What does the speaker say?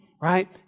right